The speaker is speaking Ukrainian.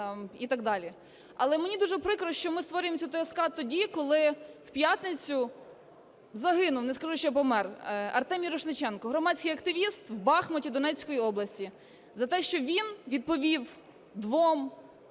Але мені дуже прикро, що ми створюємо цю ТСК тоді, коли в п’ятницю загинув, не скажу, помер, Артем Мірошниченко, громадський активіст, в Бахмуті Донецької області, за те що він відповів двом,